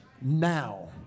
now